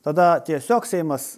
tada tiesiog seimas